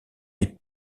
est